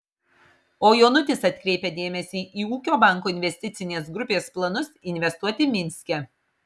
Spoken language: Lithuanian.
o jonutis atkreipia dėmesį į ūkio banko investicinės grupės planus investuoti minske